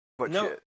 No